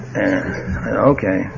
okay